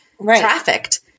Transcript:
trafficked